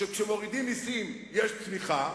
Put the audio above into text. שכשמורידים מסים יש צמיחה,